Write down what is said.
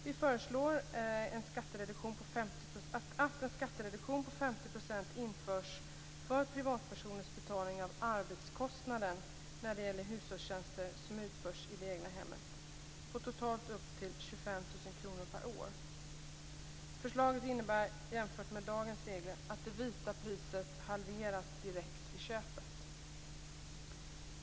Vi föreslår att en skattereduktion på 50 % införs för privatpersoners betalning av arbetskostnaden när det gäller hushållstjänster som utförs i det egna hemmet på totalt upp till 25 000 kr per år. Förslaget inenbär jämfört med dagens regler att det vita priset halveras direkt vid köpet.